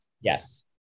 Yes